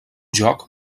joc